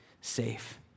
safe